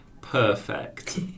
perfect